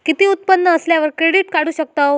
किती उत्पन्न असल्यावर क्रेडीट काढू शकतव?